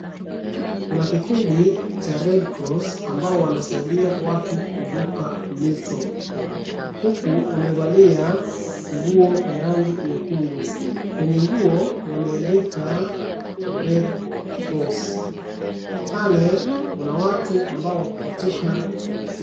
Kuna kikundi cha Red Cross ambawo wanasaidia watu kuvuka mito huku wamevalia nguo ya rangi nyekundu, kwenye nguo wemandika Red Cross , pale kuna watu ambao wako katika mashule.